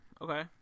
Okay